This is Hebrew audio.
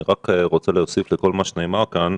אני רק רוצה להוסיף על מה שנאמר כאן,